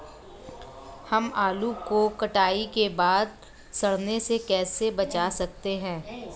हम आलू को कटाई के बाद सड़ने से कैसे बचा सकते हैं?